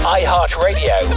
iHeartRadio